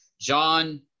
John